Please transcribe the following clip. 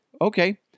okay